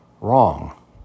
wrong